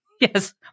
yes